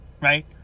right